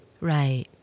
right